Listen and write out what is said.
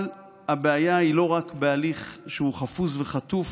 אבל הבעיה היא לא רק בהליך שהוא חפוז וחטוף